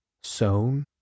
sown